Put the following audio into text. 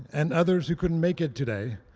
and others who couldn't make it today,